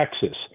Texas